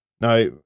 now